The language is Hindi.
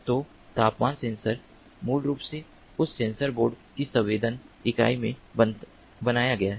तो तापमान सेंसर मूल रूप से उस सेंसर बोर्ड की संवेदन इकाई में बनाया गया है